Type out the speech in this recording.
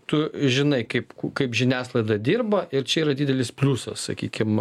tu žinai kaip kaip žiniasklaida dirba ir čia yra didelis pliusas sakykim